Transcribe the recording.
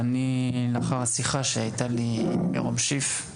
לאחר השיחה שהייתה לי עם מירום שיף,